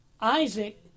Isaac